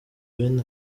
bene